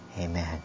amen